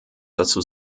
dazu